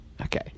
Okay